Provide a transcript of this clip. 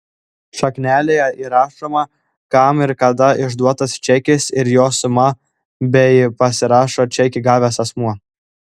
šaknelėje įrašoma kam ir kada išduotas čekis ir jo suma bei pasirašo čekį gavęs asmuo